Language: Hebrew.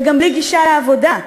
וגם בלי גישה לעבודה,